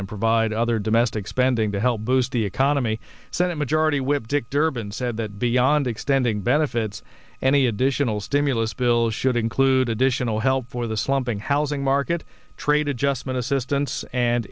and provide other domestic spending to help boost the economy senate majority whip dick durbin said that beyond extending benefits any additional stimulus bill should include additional help for the slumping housing market trade adjustment assistance and